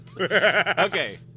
Okay